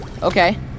Okay